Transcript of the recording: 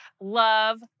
Love